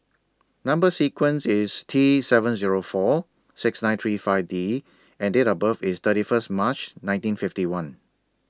Number sequence IS T seven Zero four six nine three five D and Date of birth IS thirty First March nineteen fifty one